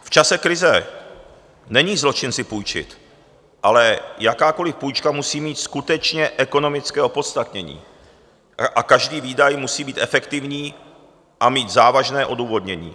V čase krize není zločin si půjčit, ale jakákoliv půjčka musí mít skutečně ekonomické opodstatnění a každý výdaj musí být efektivní a mít závažné odůvodnění.